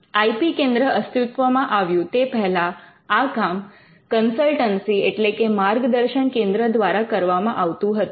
I P કેન્દ્ર અસ્તિત્વમાં આવ્યું તે પહેલા આ કામ કન્સલ્ટન્સી એટલે કે માર્ગદર્શન કેન્દ્ર દ્વારા કરવામાં આવતું હતું